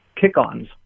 kick-ons